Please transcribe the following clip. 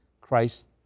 Christ